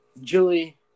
Julie